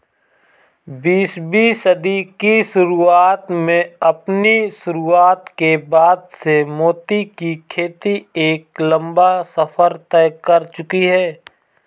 बीसवीं सदी की शुरुआत में अपनी शुरुआत के बाद से मोती की खेती एक लंबा सफर तय कर चुकी है